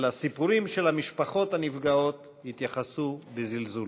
ולסיפורים של המשפחות הנפגעות התייחסו בזלזול.